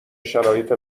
شرایط